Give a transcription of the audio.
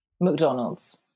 McDonald's